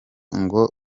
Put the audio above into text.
ngo